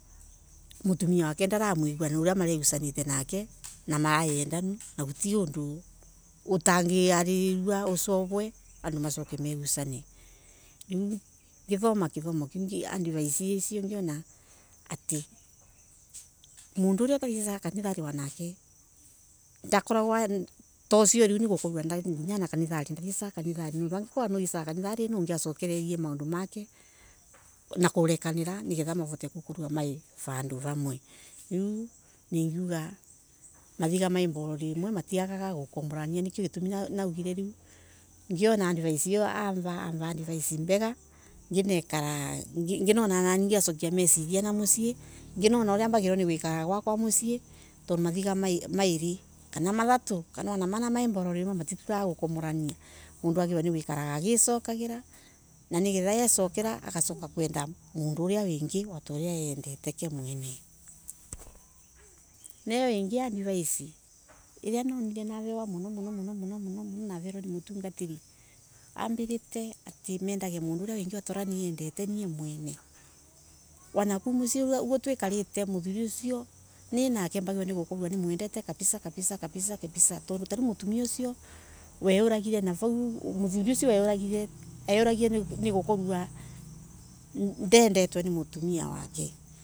Matumia wake ndoramugua na uria mala egusanite nake na marai endanu guti undu utangi aririrua usovwe andu macoke megusane kumana na advice iongiona mundu aria utathiesaga kanithari nake ndakoragwa tusio riu ndathiesaga kanithaki tondo ugokorwa niwathiesaga kanithali niungi wacokererie maundu make na kurekanara ni ketha makurwe me vandu vamwe. Ningeuga mathiga mai mbololi imwe matingiaga gokomolania riu ngiona advise io avo ni advise mbega nginona ananie nginacokia mesiria mucii vuria vatie gwikara mucii tondu mothiga mairi kana mathatu wa mana mai mbololi imwe matituraga gukuma lania. Mundu agilele gwikara agicokagira n ani getha ecokira agacoka kwenda mundu aria wingi ni io ingi advise iria nonire navewo muno muno muno ni mutungatiri ambirite mendage mundu uria wingi ta uria niendete. Wana kou mucii oguoo twikarite minake mbagiririte gukorwa nimwendete kabisa kabisa tondu riu ugakorwa mutumia usio muthuri usio weuragiwe ni gukorwa ndendetwe ni mutumia wake.